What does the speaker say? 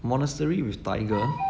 monastery with tiger